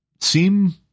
seem